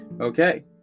Okay